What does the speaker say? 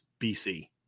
BC